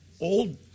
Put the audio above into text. old